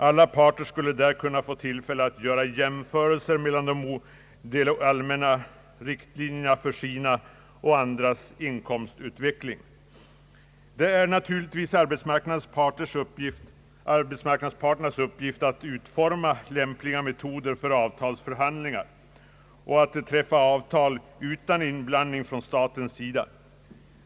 Alla parter skulle där få tillfälle att göra jämförelser mellan förutsättningen för sina egna och andras inkomstutveckling. Det är naturligtvis arbetsmarknadsparternas uppgift att utforma lämpliga metoder för avtalsförhandlingar och att träffa avtal utan inblandning från statens sida.